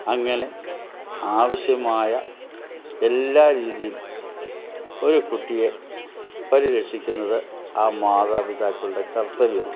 അങ്ങനെ ആവശ്യമായ എല്ലാ രീതിയിൽ ഒരു കുട്ടിയെ പരിരക്ഷിക്കുന്നത് ആ മാതാപിതാക്കളുടെ കർത്തവ്യമാണ്